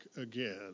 again